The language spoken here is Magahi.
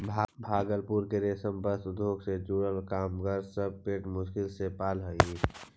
भागलपुर के रेशम वस्त्र उद्योग से जुड़ल कामगार सब के पेट मुश्किल से पलऽ हई